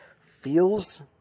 feels